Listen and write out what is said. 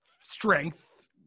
strength